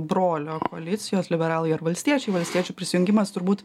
brolio koalicijos liberalai ar valstiečiai valstiečių prisijungimas turbūt